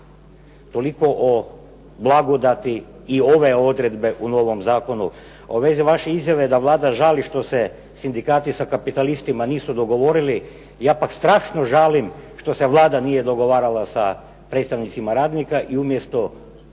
toliko o blagodati i ove odredbe u novom Zakonu. U vezi vaše izjave da Vlada želi što se sindikati sa kapitalistima nisu dogovorili, ja pak strašno žalim što se Vlada nije dogovarala sa predstavnicima radnika, i umjesto